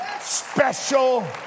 special